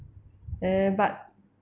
eh but